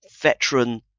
veteran